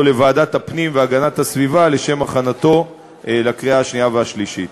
לוועדת הפנים והגנת הסביבה לשם הכנתו לקריאה השנייה והשלישית.